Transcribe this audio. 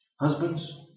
Husbands